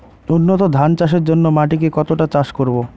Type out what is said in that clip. উন্নত ধান চাষের জন্য মাটিকে কতটা চাষ করব?